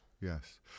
Yes